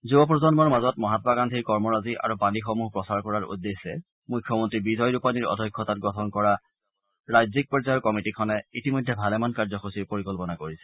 যুৱ প্ৰজন্মৰ মাজত মহাত্মা গান্ধীৰ কৰ্মৰাজী আৰু বাণীসমূহ প্ৰচাৰ কৰাৰ উদ্দেশ্যে মুখ্যমন্ত্ৰী বিজয় ৰূপানীৰ অধ্যক্ষতাত গঠন কৰা ৰাজ্যিক পৰ্যায়ৰ কমিটীখনে ইতিমধ্যে ভালেমান কাৰ্যসূচীৰ পৰিকল্পনা কৰিছে